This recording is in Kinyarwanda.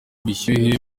bushyuhe